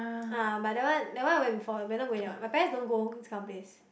ah but that one that one I went before we not going that what my parents don't go this kind of place